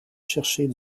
chercher